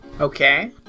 Okay